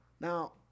Now